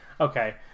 Okay